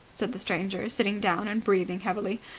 said the stranger, sitting down and breathing heavily.